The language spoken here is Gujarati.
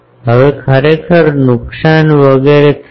હવે ખરેખર નુકસાન વગેરે થશે